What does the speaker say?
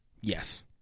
Yes